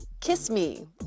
KISSME